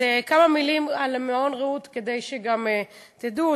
אז כמה מילים על מעון "רעות", כדי שגם תדעו.